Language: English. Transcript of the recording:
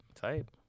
Type